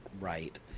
right